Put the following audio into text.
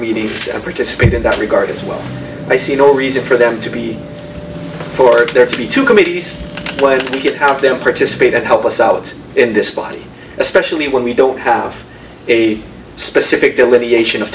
and participate in that regard as well i see no reason for them to be for there to be two committees pledge to get out there participate and help us out in this body especially when we don't have a specific delineation of